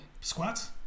squats